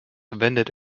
wendet